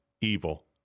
evil